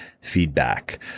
feedback